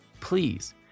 please